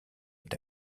est